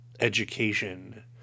education